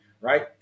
right